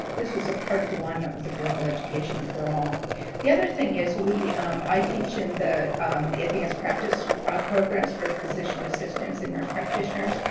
this was a part of alignment with the global education for all the other thing is we um i teach in the the advanced practice ah programs for physician assistants and nurse practitioners,